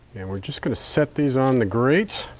and we're just going to set these on the grate,